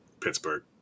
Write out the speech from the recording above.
Pittsburgh